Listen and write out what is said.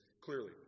clearly